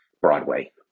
broadway